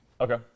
Okay